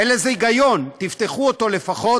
אין בזה היגיון, תפתחו אותו לפחות.